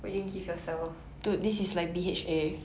will you give yourself